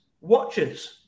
watches